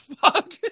fuck